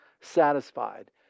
satisfied